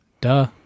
Duh